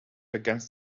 against